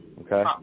Okay